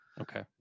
okay